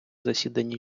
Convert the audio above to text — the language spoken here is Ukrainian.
засіданні